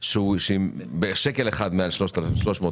שהוא בשקל אחד מעל אז הוא מקבל פחות.